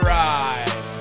ride